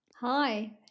Hi